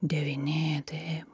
devyni taip